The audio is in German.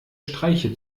streiche